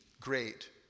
great